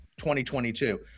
2022